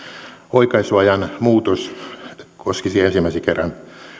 oikaisuajan muutos koskisi ensimmäisen kerran